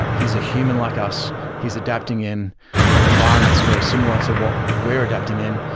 he's a human like us. he's adapting in environments very similar to what we're adapting in,